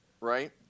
right